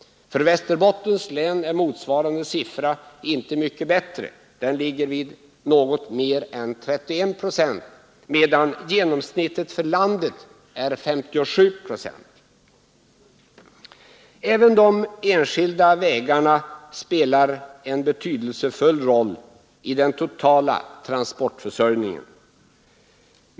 För Västerbottens län är motsvarande siffra inte mycket bättre. Den ligger vid något mer än 31 procent, medan genomsnittet för landet är 57 procent. Även de enskilda vägarna spelar en betydelsefull roll i den totala transportförsörjningen.